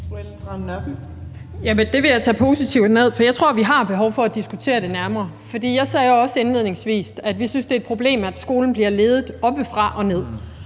Det vil jeg tage positivt ned, for jeg tror, vi har behov for at diskutere det nærmere. Jeg sagde også indledningsvis, at vi synes, det er et problem, at skolen bliver ledet oppefra og ned,